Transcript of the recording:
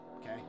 Okay